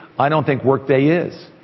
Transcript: i don't think workday is.